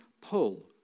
pull